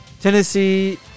Tennessee